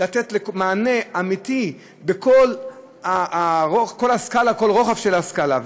לתת מענה אמיתי בכל הרוחב של הסקלה.